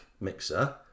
mixer